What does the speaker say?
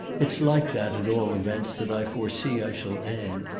it's like that, at all events, that i foresee i shall end.